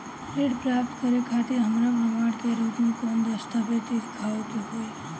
ऋण प्राप्त करे खातिर हमरा प्रमाण के रूप में कौन दस्तावेज़ दिखावे के होई?